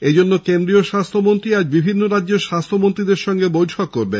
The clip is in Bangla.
এজন্য কেন্দ্রীয় স্বাস্হ্যমন্ত্রী আজ বিভিন্ন রাজ্যের স্বাস্হ্যমন্ত্রীদের সঙ্গে বৈঠক করবেন